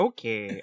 Okay